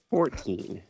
Fourteen